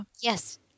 Yes